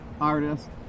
artist